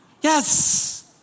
Yes